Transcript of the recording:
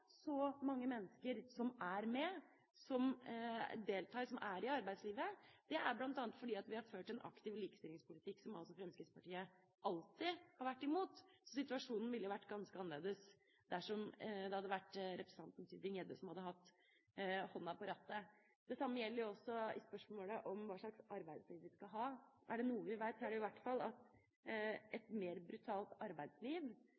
så mange mennesker som er med, som deltar og er i arbeidslivet, er bl.a. at vi har ført en aktiv likestillingspolitikk, som altså Fremskrittspartiet alltid har vært imot. Så situasjonen ville ha vært ganske annerledes dersom det hadde vært representanten Tybring-Gjedde som hadde hatt hånda på rattet. Det samme gjelder også i spørsmålet om hva slags arbeidsliv vi skal ha. Er det noe vi vet, er det i hvert fall at